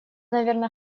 наверно